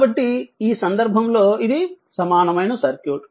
కాబట్టి ఈ సందర్భంలో ఇది సమానమైన సర్క్యూట్